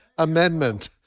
Amendment